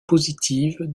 positives